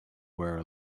where